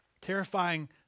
Terrifying